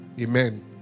Amen